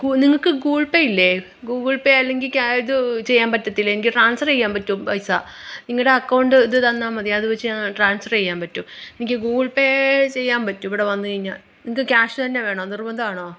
ഗു നിങ്ങള്ക്ക് ഗൂഗിൾ പേയില്ലേ ഗൂഗിൾ പേ അല്ലെങ്കില് ക്യാ ഇത് ചെയ്യാന് പറ്റത്തില്ലേ എനിക്ക് ട്രാൻസ്ഫറെയ്യാൻ പറ്റുമോ പൈസ നിങ്ങളുടെ അക്കൗണ്ട് ഇത് തന്നാല് മതി അത് വെച്ച് ഞാന് ട്രാൻസ്ഫറെയ്യാന് പറ്റും എനിക്ക് ഗൂഗിൾ പേ ചെയ്യാന് പറ്റും ഇവിടെ വന്നു കഴിഞ്ഞാല് നിങ്ങള്ക്ക് ക്യാഷ് തന്നെ വേണോ നിർബന്ധമാണോ